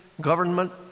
government